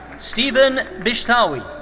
stephen bishtawi.